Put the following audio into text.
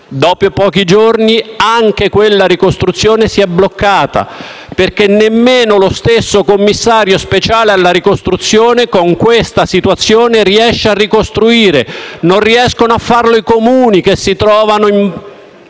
Dopo pochi giorni anche quella ricostruzione si è bloccata, perché nemmeno lo stesso commissario speciale per la ricostruzione, con questa situazione, riesce a ricostruire. Non riescono a farlo i Comuni, che si trovano